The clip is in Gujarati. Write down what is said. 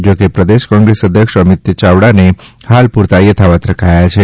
જોકે પ્રદેશ કોંગ્રેસ અધ્યક્ષ અમિત ચાવડાને ફાલપુરતા યથાવત્ રખાયા છે